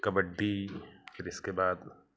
कबड्डी फिर इसके बाद